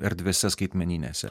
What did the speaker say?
erdvėse skaitmeninėse